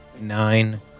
nine